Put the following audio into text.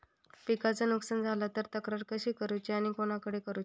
पिकाचा नुकसान झाला तर तक्रार कशी करूची आणि कोणाकडे करुची?